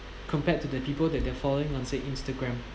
compared to the people that they are following on say instagram